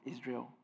Israel